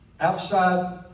outside